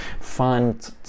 find